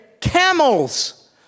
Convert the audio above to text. camels